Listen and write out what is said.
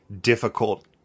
Difficult